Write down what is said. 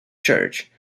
church